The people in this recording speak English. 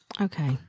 Okay